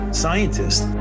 scientists